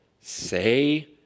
say